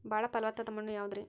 ಬಾಳ ಫಲವತ್ತಾದ ಮಣ್ಣು ಯಾವುದರಿ?